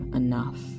enough